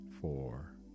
four